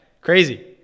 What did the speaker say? Crazy